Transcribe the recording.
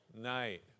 night